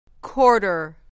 Quarter